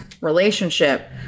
relationship